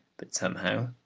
but, somehow,